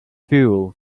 fuel